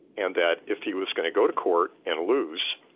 and that if he was going to go to court and lose,